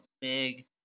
big